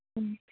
ᱦᱮᱸ